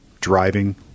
driving